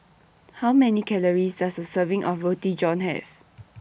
How Many Calories Does A Serving of Roti John Have